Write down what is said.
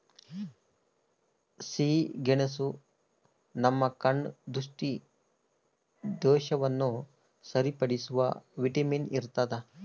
ಸಿಹಿಗೆಣಸು ನಮ್ಮ ಕಣ್ಣ ದೃಷ್ಟಿದೋಷವನ್ನು ಸರಿಪಡಿಸುವ ವಿಟಮಿನ್ ಇರ್ತಾದ